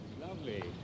lovely